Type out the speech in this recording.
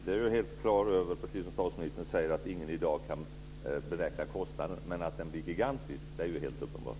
Jag är helt klar över, som statsministern säger, att ingen i dag kan beräkna kostnaden. Men att den blir gigantisk är helt uppenbart.